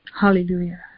Hallelujah